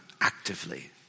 actively